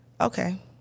Okay